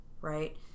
right